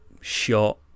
shot